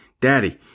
daddy